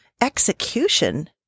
execution